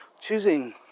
choosing